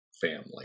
family